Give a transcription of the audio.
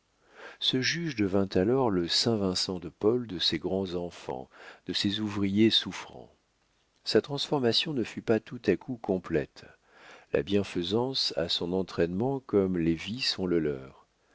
ce juge devint alors le saint vincent de paul de ces grands enfants de ces ouvriers souffrants sa transformation ne fut pas tout à coup complète la bienfaisance a son entraînement comme les vices ont le leur